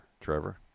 Trevor